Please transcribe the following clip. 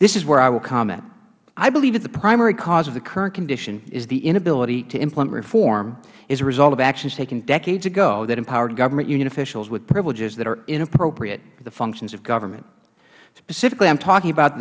this is where i will comment i believe that the primary cause of the current condition is the inability to implement reform as a result of actions taken decades ago that empowered government union officials with privileges that are inappropriate to the functions of government specifically i am talking about